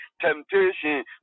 temptation